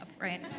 right